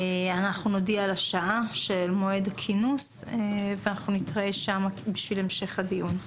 אנחנו נודיע על השעה של מועד הכינוס ואנחנו נתראה שם בשביל המשך הדיון.